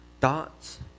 thoughts